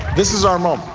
this is our moment,